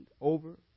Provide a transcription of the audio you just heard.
over